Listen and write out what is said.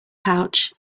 pouch